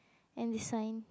and this sign